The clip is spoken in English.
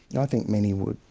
and i think many would.